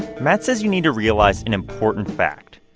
matt says you need to realize an important fact.